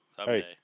hey